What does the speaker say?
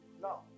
Now